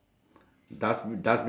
then the the third one is